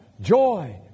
joy